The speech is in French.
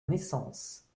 naissance